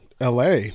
LA